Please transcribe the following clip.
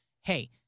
hey